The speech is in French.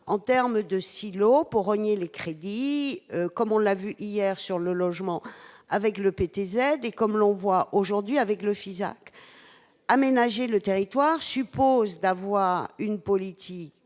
en terme de silos pour rogner le crédit comme on l'a vu hier sur le logement avec le PTZ et comme l'on voit aujourd'hui avec le Fisac aménager le territoire, je suppose, d'avoir une politique